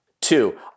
Two